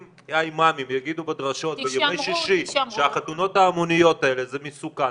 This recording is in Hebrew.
אם האימאמים יגידו בדרשות בימי שישי שהחתונות ההמוניות האלה זה מסוכן,